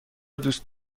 دوست